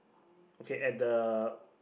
okay at the